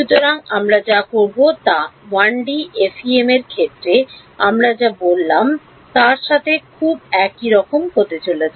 সুতরাং আমরা যা করব তা 1 ডি এফএম এর ক্ষেত্রে আমরা যা করলাম তার সাথে খুব একই রকম হতে চলেছে